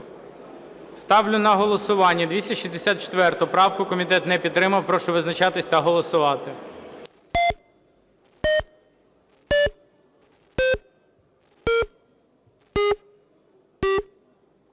Ставлю на голосування 421 правку. Комітет не підтримав. Прошу визначатися та голосувати.